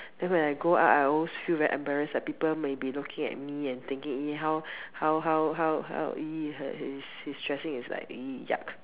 then when I go out I always feel embarrassed like people may be looking at me and thinking !ee! how how how how how !ee! his dressing is like !ee! yuck